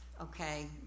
okay